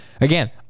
Again